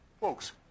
Folks